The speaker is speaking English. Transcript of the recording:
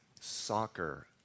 soccer